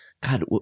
God